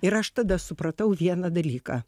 ir aš tada supratau vieną dalyką